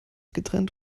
getrennt